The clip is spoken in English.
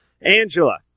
Angela